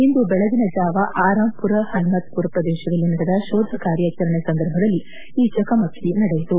ಇಂದು ಬೆಳಗಿನ ಜಾವ ಆರಾಮ್ಪುರ ಹಲ್ನತ್ಪುರ ಪ್ರದೇಶದಲ್ಲಿ ನಡೆದ ಶೋಧಕಾರ್ಯಾಚರಣೆ ಸಂದರ್ಭದಲ್ಲಿ ಈ ಚಕಮಕಿ ನಡೆಯಿತು